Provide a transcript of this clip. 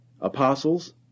apostles